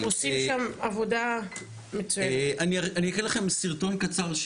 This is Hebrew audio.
אני אראה לכם סרטון קצר,